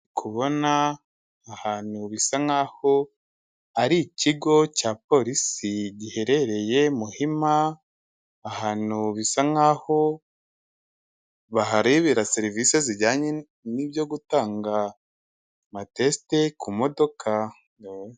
Kubona ahantu bisa nk'aho ari ikigo cya polisi giherereye Muhima, ahantu bisa nkaho baharebera serivisi zijyanye n'ibyo gutanga amatesite ku modoka.